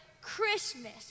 Christmas